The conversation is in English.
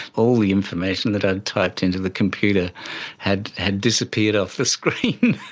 all the information that i'd typed into the computer had had disappeared off the screen.